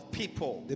people